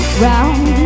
round